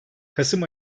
kasım